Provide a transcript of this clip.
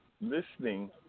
listening